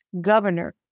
governor